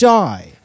die